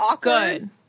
good